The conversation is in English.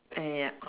ya